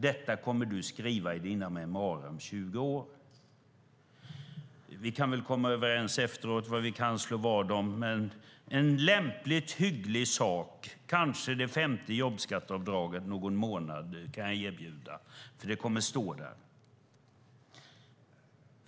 Detta kommer du att skriva i dina memoarer om 20 år. Vi kan väl komma överens efteråt vad vi ska slå vad om. En hyggligt lämplig sak jag kan erbjuda är kanske det femte jobbskatteavdraget under någon månad; det kommer nämligen att stå så.